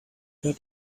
got